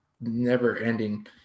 never-ending